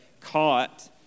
caught